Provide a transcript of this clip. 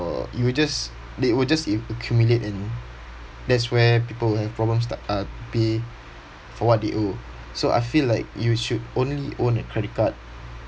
you will just they will just a~ accumulate and that's where people have problems sta~ uh pay for what they owe so I feel like you should only own a credit card